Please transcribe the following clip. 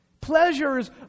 Pleasures